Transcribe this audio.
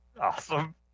Awesome